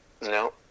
no